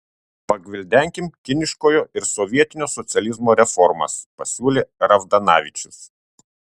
pagvildenkim kiniškojo ir sovietinio socializmo reformas pasiūlė ravdanavičius